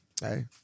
Hey